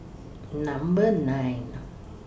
Number nine